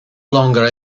longer